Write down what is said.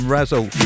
Razzle